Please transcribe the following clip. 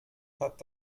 hat